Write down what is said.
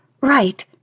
right